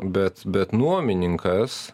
bet bet nuomininkas